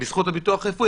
בזכות הביטוח הרפואי,